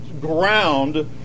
ground